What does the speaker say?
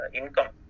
income